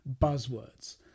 buzzwords